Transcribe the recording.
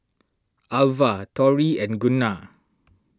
Alva Torrey and Gunnar